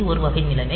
இது ஒரு வகை நிலைமை